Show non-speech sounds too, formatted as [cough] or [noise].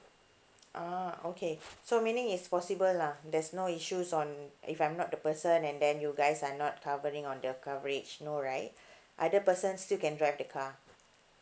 ah okay [breath] so meaning it's possible lah there's no issues on if I'm not the person and then you guys are not covering on the coverage no right [breath] other person still can drive the car